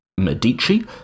Medici